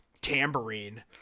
tambourine